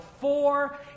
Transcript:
Four